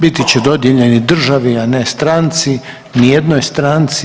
Biti će dodijeljeni državi a ne stranci, ni jednoj stranci.